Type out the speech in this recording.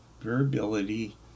variability